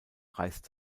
reist